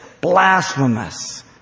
Blasphemous